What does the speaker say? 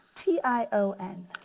t i o n.